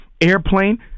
airplane